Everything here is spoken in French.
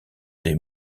des